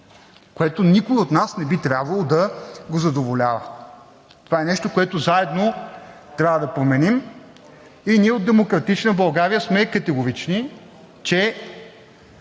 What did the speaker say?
което никой от нас не би трябвало да го задоволява. Това е нещо, което заедно трябва да променим, и ние от „Демократична България“ сме категорични, че